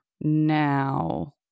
now